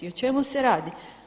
O čemu se radi?